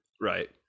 Right